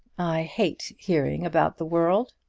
i hate hearing about the world.